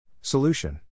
Solution